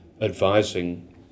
advising